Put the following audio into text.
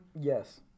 Yes